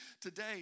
today